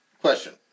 Question